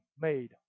made